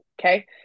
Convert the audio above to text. okay